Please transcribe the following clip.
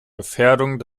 gefährdung